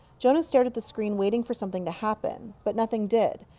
jonas stared at the screen, waiting for something to happen. but nothing did.